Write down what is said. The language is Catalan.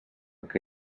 que